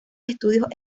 estudios